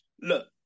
Look